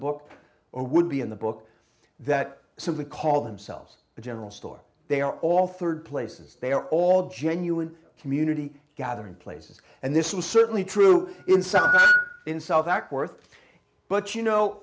book or would be in the book that simply call themselves the general store they are all rd places they are all genuine community gathering places and this was certainly true in some in south acworth but you know